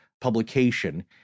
publication